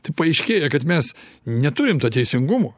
tai paaiškėja kad mes neturim to teisingumo